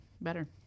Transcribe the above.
better